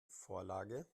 vorlage